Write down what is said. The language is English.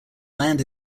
land